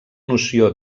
noció